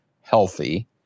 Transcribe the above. healthy